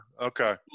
Okay